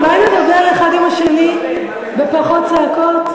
אולי נדבר האחד עם השני בפחות צעקות?